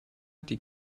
die